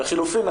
לחילופין,